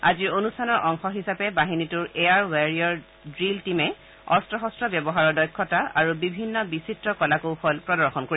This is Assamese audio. আজিৰ অনুষ্ঠানৰ অংশৰূপে বাহিনীটোৰ এয়াৰ ৱাৰিঅ'ৰ ড্ৰীল টীমে অস্ত্ৰ শস্ত্ৰ ব্যৱহাৰৰ দক্ষতা আৰু বিভিন্ন বিচিত্ৰ কলা কৌশল প্ৰদৰ্শন কৰিব